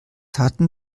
hatten